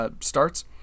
starts